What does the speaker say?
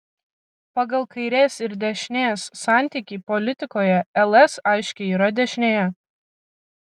pagal kairės ir dešinės santykį politikoje ls aiškiai yra dešinėje